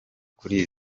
kuri